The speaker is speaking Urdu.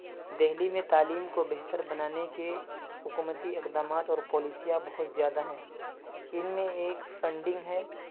دہلی میں تعلیم کو بہتر بنانے کے حکومتی اقدامات اور پالیسیاں بہت زیادہ ہیں ان میں ایک فنڈنگ ہے